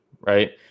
Right